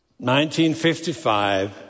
1955